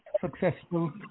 successful